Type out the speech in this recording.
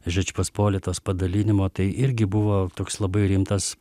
žečpospolitos padalinimo tai irgi buvo toks labai rimtas